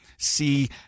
see